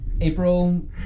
April